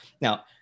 Now